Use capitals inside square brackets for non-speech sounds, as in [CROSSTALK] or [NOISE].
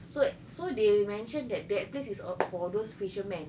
so wh~ so they mentioned that that place is uh [NOISE] for those fisherman